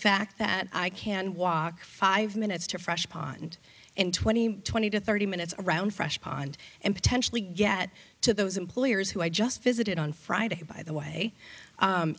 fact that i can walk five minutes to fresh pond in twenty twenty to thirty minutes around fresh pond and potentially get to those employers who i just visited on friday by the way